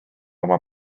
oma